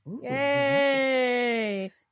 yay